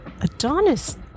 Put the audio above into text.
Adonis